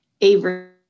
Avery